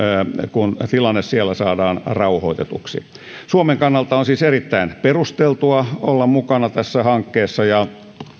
kun tilanne siellä saadaan rauhoitetuksi suomen kannalta on siis erittäin perusteltua olla mukana tässä hankkeessa ja